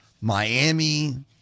Miami